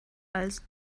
als